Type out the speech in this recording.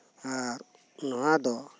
ᱟᱨ ᱱᱚᱣᱟ ᱫᱚ